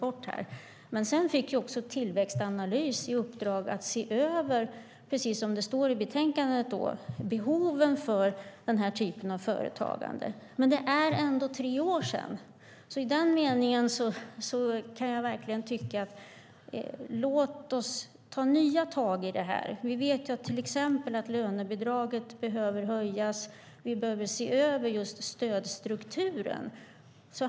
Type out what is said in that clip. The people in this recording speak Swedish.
Precis som det står i betänkandet fick sedan även Tillväxtanalys i uppdrag att se över behoven för den här typen av företagande. Men det är tre år sedan, så i den meningen kan jag verkligen tycka att vi ska ta nya tag i det här. Vi vet till exempel att lönebidraget behöver höjas. Vi behöver se över just stödstrukturen.